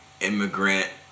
immigrant